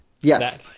Yes